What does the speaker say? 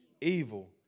evil